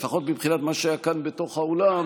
לפחות מבחינת מה שהיה כאן בתוך האולם,